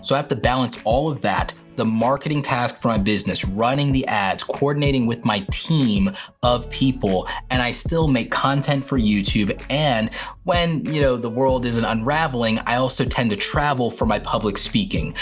so have to balance all of that, the marketing task for my business, running the ads, coordinating with my team of people and i still make content for youtube. and when you know, the world is an unraveling, i also tend to travel for my public speaking.